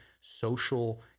social